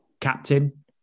captain